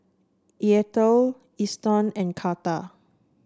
Eathel Eston and Carter